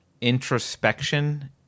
introspection